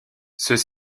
ceux